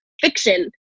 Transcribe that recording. fiction